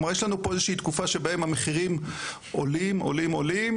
כלומר יש לנו פה איזו שהיא תקופה שבהם המחירים עולים עולים עולים,